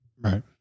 Right